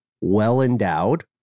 well-endowed